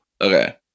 Okay